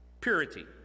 purity